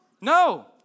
No